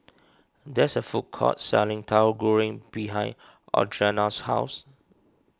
there's a food court selling Tauhu Goreng behind Audrina's house